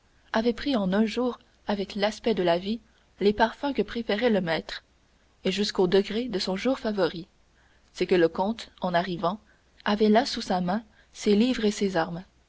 avait pris en un jour avec l'aspect de la vie les parfums que préférait le maître et jusqu'au degré de son jour favori c'est que le comte en arrivant avait là sous sa main ses livres et ses armes